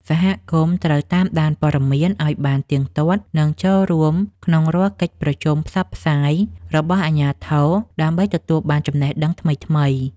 សហគមន៍ត្រូវតាមដានព័ត៌មានឱ្យបានទៀងទាត់ និងចូលរួមក្នុងរាល់កិច្ចប្រជុំផ្សព្វផ្សាយរបស់អាជ្ញាធរដើម្បីទទួលបានចំណេះដឹងថ្មីៗ។